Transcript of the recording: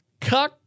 cuck